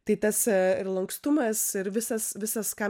tai tas ir lankstumas ir visas visas ką